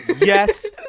Yes